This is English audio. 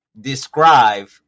describe